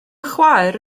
chwaer